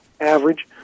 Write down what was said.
average